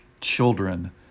children